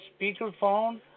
speakerphone